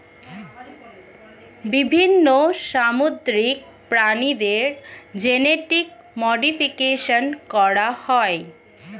বিভিন্ন সামুদ্রিক প্রাণীদের জেনেটিক মডিফিকেশন করা হয়